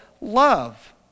love